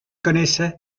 connaissait